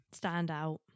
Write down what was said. Standout